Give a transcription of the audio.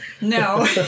No